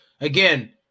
again